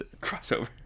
crossover